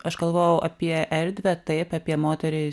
aš galvojau apie erdvę taip apie moteriai